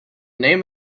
name